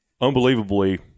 unbelievably